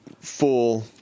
full